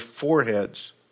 foreheads